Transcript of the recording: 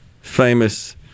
famous